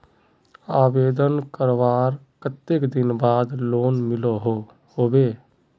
आवेदन करवार कते दिन बाद लोन मिलोहो होबे?